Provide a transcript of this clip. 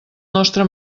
nostre